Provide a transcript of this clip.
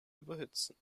überhitzen